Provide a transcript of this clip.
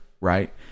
Right